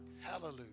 hallelujah